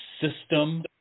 system